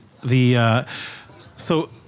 the—so